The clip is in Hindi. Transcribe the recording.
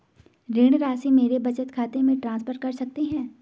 ऋण राशि मेरे बचत खाते में ट्रांसफर कर सकते हैं?